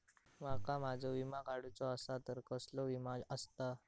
माका माझो विमा काडुचो असा तर कसलो विमा आस्ता?